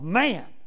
man